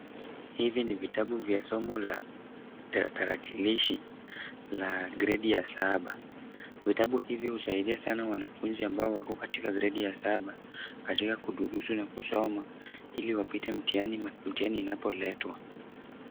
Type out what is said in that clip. Hivi ni vitabu vya somo la tarakilishi la gredi ya saba. Vitabu hivyo husaidia sana wanafunzi ambao wako katika gredi ya saba katika kudurusu na kusoma ili wapite mtihani inapoletwa.